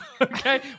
okay